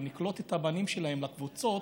ונקלוט את הבנים שלהם בקבוצות,